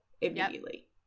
immediately